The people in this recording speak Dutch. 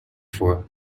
voor